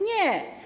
Nie.